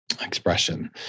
expression